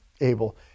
able